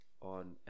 on